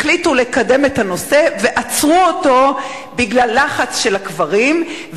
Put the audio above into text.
החליטו לקדם את הנושא ועצרו אותו בגלל לחץ של הקברים,